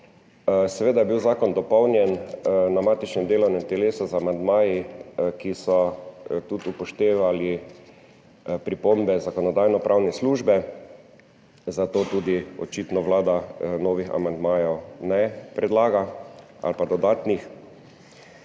Seveda je bil zakon dopolnjen na matičnem delovnem telesu z amandmaji, ki so tudi upoštevali pripombe Zakonodajno-pravne službe, zato tudi očitno Vlada novih ali pa dodatnih